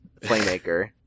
playmaker